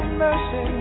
mercy